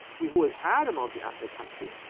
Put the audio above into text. we've always had a multiethnic country,